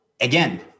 Again